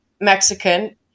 Mexican